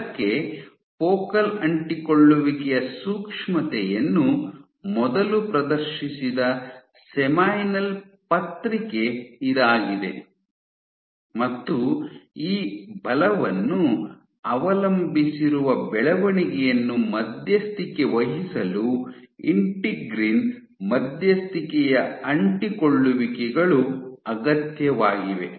ಬಲಕ್ಕೆ ಫೋಕಲ್ ಅಂಟಿಕೊಳ್ಳುವಿಕೆಯ ಸೂಕ್ಷ್ಮತೆಯನ್ನು ಮೊದಲು ಪ್ರದರ್ಶಿಸಿದ ಸೆಮಿನಲ್ ಪತ್ರಿಕೆ ಇದಾಗಿದೆ ಮತ್ತು ಈ ಬಲವನ್ನು ಅವಲಂಬಿಸಿರುವ ಬೆಳವಣಿಗೆಯನ್ನು ಮಧ್ಯಸ್ಥಿಕೆ ವಹಿಸಲು ಇಂಟಿಗ್ರಿನ್ ಮಧ್ಯಸ್ಥಿಕೆಯ ಅಂಟಿಕೊಳ್ಳುವಿಕೆಗಳು ಅಗತ್ಯವಾಗಿವೆ